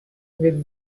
with